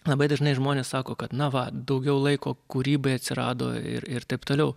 labai dažnai žmonės sako kad na va daugiau laiko kūrybai atsirado ir ir taip toliau